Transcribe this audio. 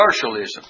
commercialism